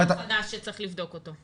יש להם כוח אדם שצריך לבדוק אותו.